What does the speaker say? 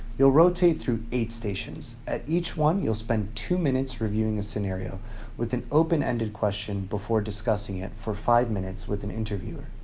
you'll rotate through eight stations. at each one, you'll spend two minutes reviewing a scenario with an open-ended question before discussing it for five minutes with an interviewer.